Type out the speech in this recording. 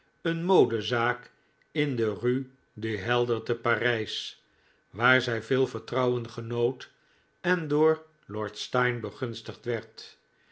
een mode zaak in de rue du helder te parijs waar zij veel vertrouwen genoot en door lord steyne begunstigd werd